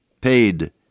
paid